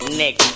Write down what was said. nick